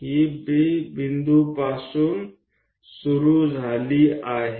આ બિંદુ P થી શરૂ થઈને 12 સુધી છે